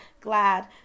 glad